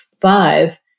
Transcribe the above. five